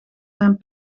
zijn